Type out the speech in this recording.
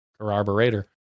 Carburetor